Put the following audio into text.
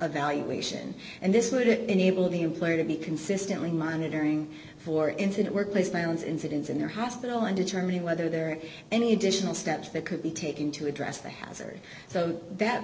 evaluation and this would enable the employee to be consistently monitoring for incident workplace violence incidents in the hospital and determining whether there are any additional steps that could be taken to address the hazard so that